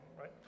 right